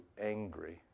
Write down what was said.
angry